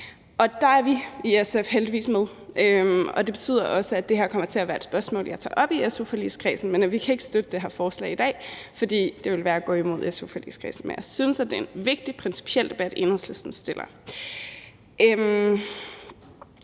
Der er vi i SF heldigvis med. Det betyder også, at det her kommer til at være et spørgsmål, som jeg tager op i su-forligskredsen. Vi kan ikke støtte det her forslag i dag, for det ville være at gå imod su-forligskredsen. Men jeg synes, det er en vigtig og principiel debat, som Enhedslisten rejser.